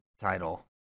title